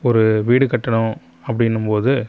ஒரு வீடு கட்டணும் அப்படின்னு போது